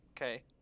Okay